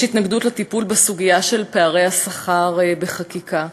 יש התנגדות לטיפול בסוגיה של פערי השכר בחקיקה.